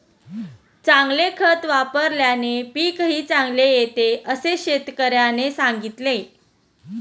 चांगले खत वापल्याने पीकही चांगले येते असे शेतकऱ्याने सांगितले